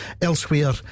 Elsewhere